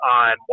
on